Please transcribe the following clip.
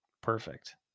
Perfect